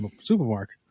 supermarket